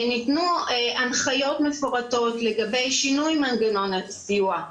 ניתנו הנחיות מפורטות לגבי שינוי מנגנון הסיוע,